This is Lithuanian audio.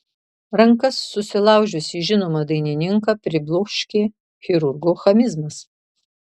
rankas susilaužiusį žinomą dainininką pribloškė chirurgo chamizmas